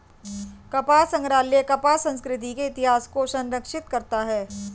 कपास संग्रहालय कपास संस्कृति के इतिहास को संरक्षित करता है